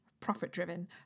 profit-driven